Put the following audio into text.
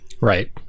Right